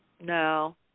No